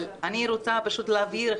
אבל אני רוצה פשוט להבהיר,